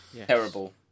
Terrible